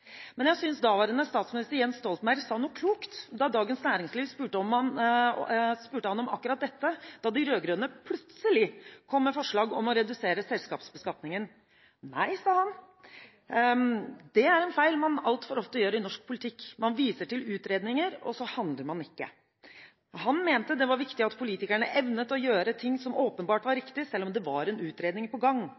men jeg synes daværende statsminister Jens Stoltenberg sa noe klokt da Dagens Næringsliv spurte ham om akkurat dette da de rød-grønne plutselig kom med forslag om å redusere selskapsbeskatningen. Da sa han: «Nei, det er en feil man altfor ofte gjør i norsk politikk. Man viser til utredninger og så ikke handler. Jeg mener det er viktig at politikerne evner å gjøre ting som er åpenbart riktig selv om det er en utredning på gang.»